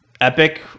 epic